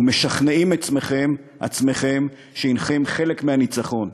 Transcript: ומשכנעים עצמכם שהנכם חלק מהניצחון.